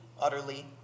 utterly